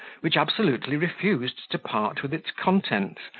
which absolutely refused to part with its contents,